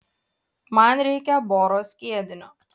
man reikia boro skiedinio